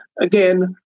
Again